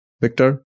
Victor